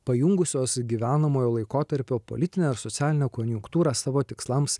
pajungusios gyvenamojo laikotarpio politinę ar socialinę konjunktūrą savo tikslams